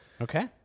Okay